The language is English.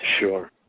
sure